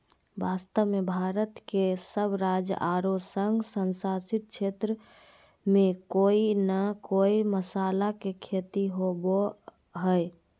वास्तव में भारत के सब राज्य आरो संघ शासित क्षेत्र में कोय न कोय मसाला के खेती होवअ हई